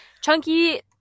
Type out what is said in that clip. Chunky